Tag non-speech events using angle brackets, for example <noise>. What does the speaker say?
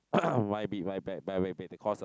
<coughs> might be my bad the cost ah